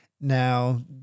Now